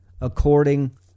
according